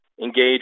engage